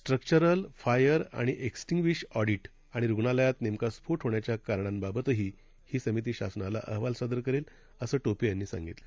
structural फायरआणिएक्स्टींग्विशएडिटआणिरुग्णालयातनेमकास्फोटहोण्याच्याकारणांबाबतहीहीसमितीशासनालाअहवालसादरकरेलअसंटोपेयां नीसांगितलं